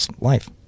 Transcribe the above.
life